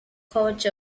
coach